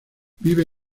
vive